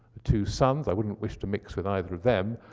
two sons. i wouldn't wish to mix with either of them,